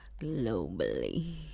Globally